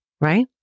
Right